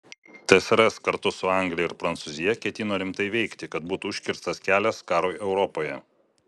tsrs kartu su anglija ir prancūzija ketino rimtai veikti kad būtų užkirstas kelias karui europoje